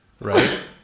right